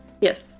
Yes